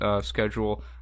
schedule